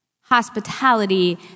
Hospitality